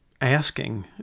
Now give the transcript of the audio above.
asking